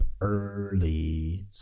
early